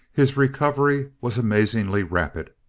his recovery was amazingly rapid.